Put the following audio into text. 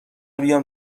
بیام